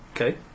Okay